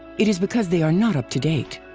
it is because they are not up to date.